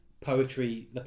poetry